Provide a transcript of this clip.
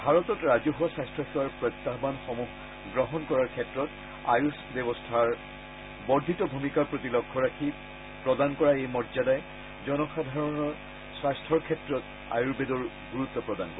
ভাৰতত ৰাজহুৱা স্বাস্থ্যসেৱাৰ প্ৰত্যাহানসমূহ গ্ৰহণ কৰাৰ ক্ষেত্ৰত আয়ুচ ব্যৱস্থাৰ বৰ্দ্ধিত ভূমিকাৰ প্ৰতি লক্ষ্য ৰাখি প্ৰদান কৰা এই মৰ্যদাই জনসাধাৰণ স্বাস্থাৰ ক্ষেত্ৰত আয়ুৰৰ্বেদৰ গুৰুত্ব প্ৰদান কৰিব